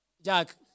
Jack